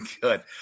good